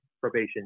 probation